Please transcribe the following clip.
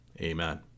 Amen